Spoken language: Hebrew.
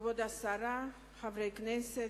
תודה רבה, כבוד השרה, חברי הכנסת,